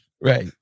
Right